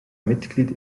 mitglied